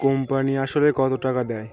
company আসলে কত টাকা দেয়